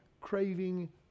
craving